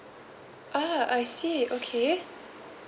ah I see okay